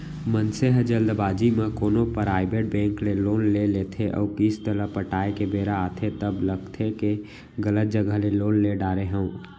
मनसे ह जल्दबाजी म कोनो पराइबेट बेंक ले लोन ले लेथे अउ किस्त ल पटाए के बेरा आथे तब लगथे के गलत जघा ले लोन ले डारे हँव